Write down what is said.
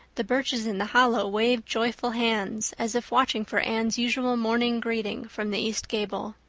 the birches in the hollow waved joyful hands as if watching for anne's usual morning greeting from the east gable.